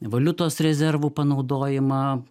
valiutos rezervų panaudojimą